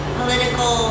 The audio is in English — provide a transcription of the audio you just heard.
political